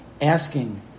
asking